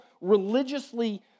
religiously